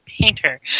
painter